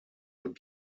would